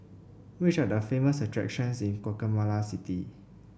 which are the famous attractions in Guatemala City